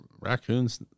raccoons